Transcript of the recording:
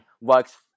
works